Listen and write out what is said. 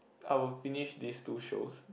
I will finish these two shows